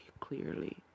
clearly